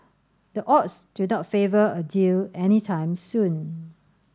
the odds do not favour a deal any time soon